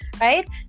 right